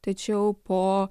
tačiau po